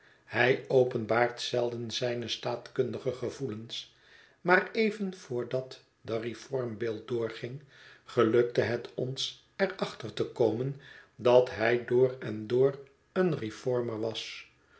hij openbaart zelden zijne staatkundige gevoelens maar even voor dat de reform bill doorging gelukte het ons er achter te komen dat hij door en door een reformer was